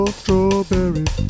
strawberries